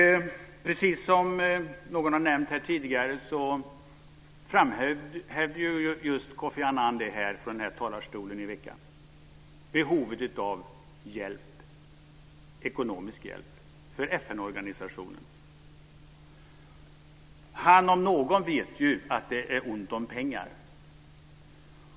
Precis som någon nämnde här tidigare framhöll Kofi Annan från den här talarstolen nu i veckan FN organisationens behov av ekonomisk hjälp. Han om någon vet ju att det är ont om pengar.